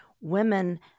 women